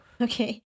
Okay